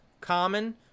common